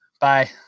Bye